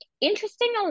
Interesting